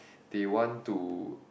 they want to